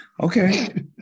Okay